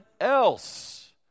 else